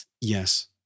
Yes